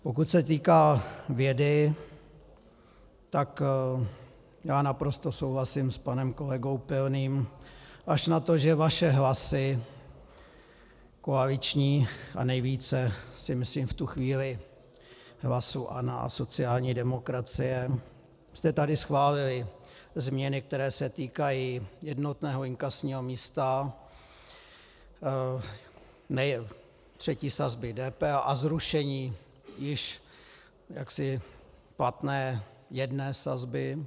Pokud se týká vědy, tak naprosto souhlasím s panem kolegou Pilným, až na to, že vaše hlasy koaliční a nejvíce si myslím v tu chvíli hlasy ANO a sociální demokracie jste tady schválili změny, které se týkají jednotného inkasního místa, třetí sazby DPH a zrušení již platné jedné sazby.